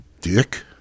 Dick